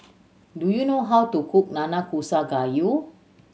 do you know how to cook Nanakusa Gayu